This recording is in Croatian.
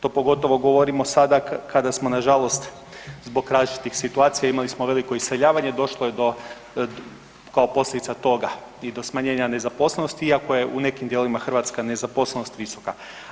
To pogotovo govorimo sada kada smo nažalost zbog različitih situacija, imali smo veliko iseljavanje, došlo je do kao posljedica toga i do smanjenja nezaposlenosti iako je u nekim dijelovima hrvatska nezaposlenost visoka.